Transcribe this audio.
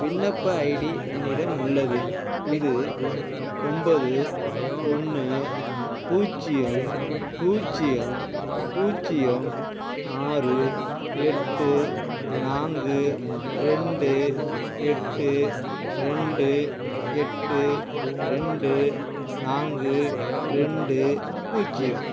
விண்ணப்ப ஐடி என்னிடம் உள்ளது இது ஒன்போது ஒன்று பூஜ்ஜியம் பூஜ்ஜியம் பூஜ்ஜியம் ஆறு எட்டு நான்கு ரெண்டு எட்டு ரெண்டு எட்டு ரெண்டு நான்கு ரெண்டு பூஜ்ஜியம்